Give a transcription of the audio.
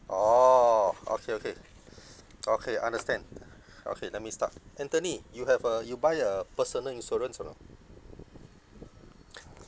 orh okay okay okay understand okay let me start anthony you have a you buy a personal insurance or not